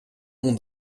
mont